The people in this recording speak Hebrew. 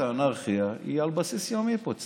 בגדול יש אנרכיה, אתה